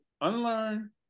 unlearn